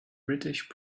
british